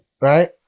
right